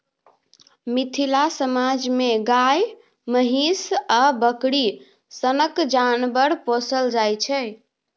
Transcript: मिथिला समाज मे गाए, महीष आ बकरी सनक जानबर पोसल जाइ छै